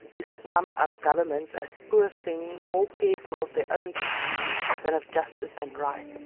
to sum up governments as poor things more careful of their own prestige than of justice and right